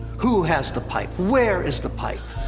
who has the pipe? where is the pipe?